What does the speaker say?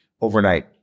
overnight